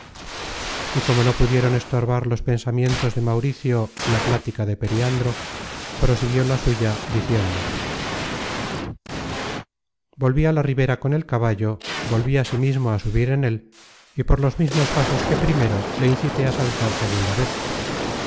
y como no pudieron estorbar los pensamientos de mauricio la plática de periandro prosiguió la suya diciendo volví á la ribera con el caballo volví asimismo á subir en él y por los mismos pasos que primero le incité á saltar segunda vez